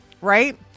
right